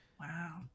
wow